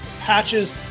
patches